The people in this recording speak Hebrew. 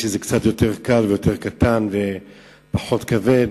שזה קצת יותר קל ויותר קטן ופחות כבד.